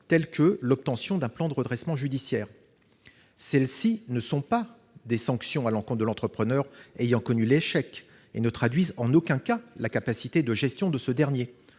telle que l'obtention d'un plan de redressement judiciaire. Elles ne sont pas des sanctions à l'encontre de l'entrepreneur ayant connu l'échec et ne reflètent en aucun cas la capacité de gestion de ce dernier.